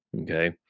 okay